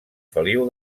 feliu